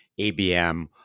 ABM